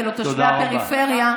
כי לתושבי הפריפריה,